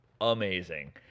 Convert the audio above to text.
amazing